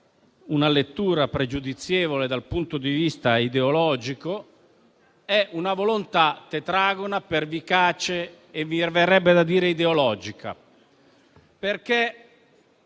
una lettura pregiudizievole dal punto di vista ideologico, sia tetragona, pervicace e verrebbe da dire ideologica.